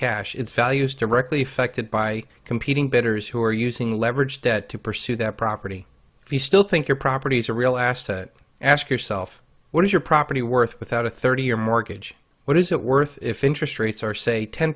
it's values directly affected by competing betters who are using leverage debt to pursue that property if you still think your properties a real asset ask yourself what is your property worth without a thirty year mortgage what is it worth if interest rates are say ten